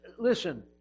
Listen